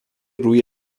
روی